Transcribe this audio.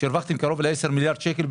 שהרווחתם קרוב ל-10 מיליארד שקלים,